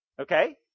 Okay